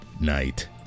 night